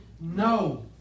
No